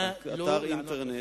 הוא דיבר אלי.